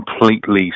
completely